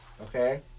okay